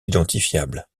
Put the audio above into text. identifiables